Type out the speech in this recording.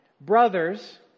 brothers